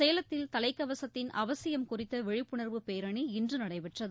சேலத்தில் தலைக்கவசத்தின் அவசியம் குறித்த விழிப்புணர்வு பேரணி இன்று நடைபெற்றது